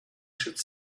should